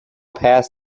pass